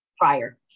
prior